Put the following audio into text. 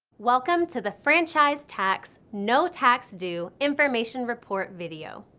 welcome to the franchise tax no tax due information report video.